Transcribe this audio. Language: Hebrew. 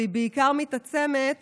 והיא בעיקר מתעצמת